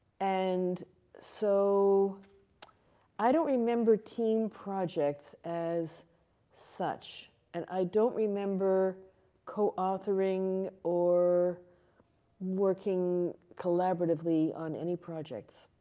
and so i don't remember team projects as such. and i don't remember co authoring or working collaboratively on any projects.